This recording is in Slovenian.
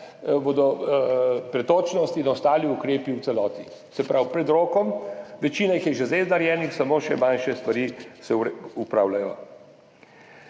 pretočnost in ostali ukrepi v celoti. Se pravi pred rokom. Večina jih je že zdaj narejenih, samo še manjše stvari se opravljajo.